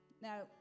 Now